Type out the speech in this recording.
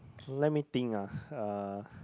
let me think ah uh